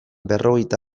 berrogeita